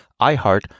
iheart